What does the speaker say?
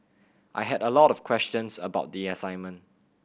I had a lot of questions about the assignment